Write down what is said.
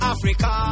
Africa